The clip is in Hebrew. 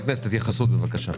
חברי הכנסת, התייחסות, בבקשה.